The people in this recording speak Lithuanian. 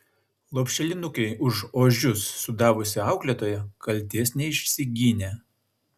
lopšelinukei už ožius sudavusi auklėtoja kaltės neišsigynė